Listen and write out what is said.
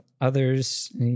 others